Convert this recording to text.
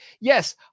Yes